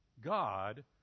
God